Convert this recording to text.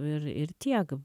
ir ir tiek